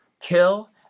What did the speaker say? kill